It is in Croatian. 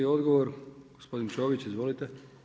I odgovor gospodin Čović, izvolite.